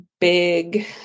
big